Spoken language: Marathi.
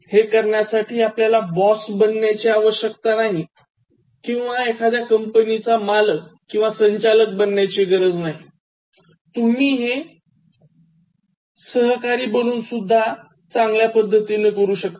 हे करण्यासाठी आपल्याला बॉस बनण्याची आवश्यकता नाही किंवा कंपनीचा संचालक किंवा मालक बनण्याची गरज नाही तुम्ही हे सहकारी बनून सुद्धा करू शकता